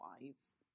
wise